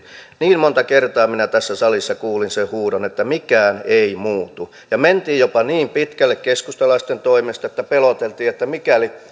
niin monta kertaa minä tässä salissa kuulin sen huudon että mikään ei muutu ja mentiin jopa niin pitkälle keskustalaisten toimesta että peloteltiin että mikäli